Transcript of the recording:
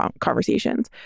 conversations